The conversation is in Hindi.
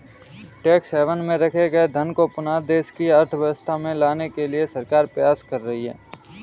टैक्स हैवन में रखे गए धन को पुनः देश की अर्थव्यवस्था में लाने के लिए सरकार प्रयास कर रही है